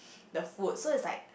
the food so is like